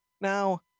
Now